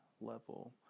level